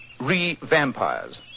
Re-vampires